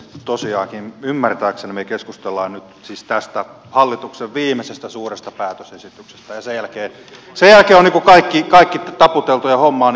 tosiaankin ymmärtääkseni me keskustelemme nyt siis tästä hallituksen viimeisestä suuresta päätösesityksestä ja sen jälkeen on niin kuin kaikki taputeltu ja homma on kunnossa